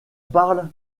parle